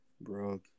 Bro